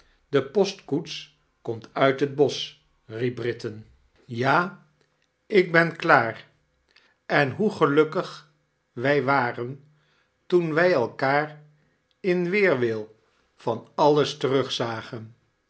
de postkoets komt uit het bosch riep britain chakles dickens ja ik ben klaar en hoe gelukkig wij warn toen wij elkaar in weerwii van alles terugzagen